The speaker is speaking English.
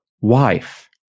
wife